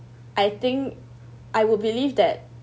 I think I would believe that